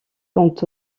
quant